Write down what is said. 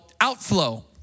outflow